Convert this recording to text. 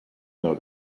though